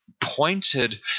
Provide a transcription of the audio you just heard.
pointed –